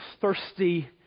thirsty